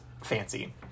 fancy